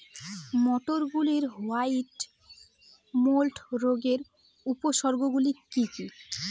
মটরশুটির white mould রোগের উপসর্গগুলি কী কী?